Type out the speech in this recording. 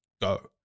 go